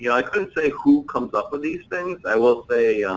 you know i couldn't say who comes up with these things. i will say